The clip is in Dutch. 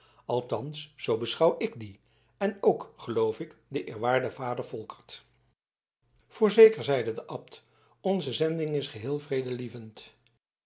althans zoo beschouw ik die en ook geloof ik de eerwaarde vader volkert voorzeker zeide de abt onze zending is geheel vredelievend